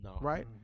right